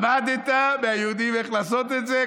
למדת מהיהודים איך לעשות את זה,